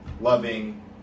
loving